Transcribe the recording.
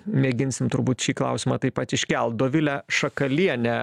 mėginsim turbūt šį klausimą taip pat iškelt dovilę šakalienę